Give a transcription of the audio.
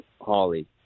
Holly